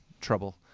trouble